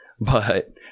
but-